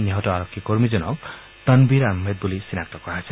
নিহত আৰক্ষী কৰ্মীজনক তনবীৰ আহমেদ বলি চিনাক্ত কৰা হৈছে